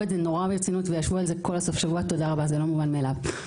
את זה נורא ברצינות וישבו על זה כל סוף השבוע זה לא מובן מאליו.